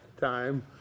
time